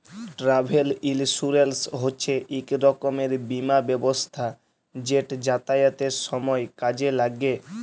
travel insurance হছে ইক রকমের বীমা ব্যবস্থা যেট যাতায়াতের সময় কাজে ল্যাগে